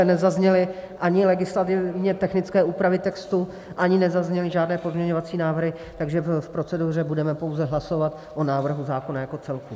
Nezazněly ani legislativně technické úpravy textu, ani nezazněly žádné pozměňovací návrhy, takže v proceduře budeme pouze hlasovat o návrhu zákona jako celku.